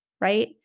right